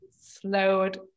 slowed